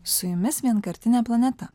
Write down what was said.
su jumis vienkartinė planeta